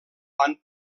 van